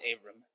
Abram